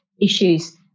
issues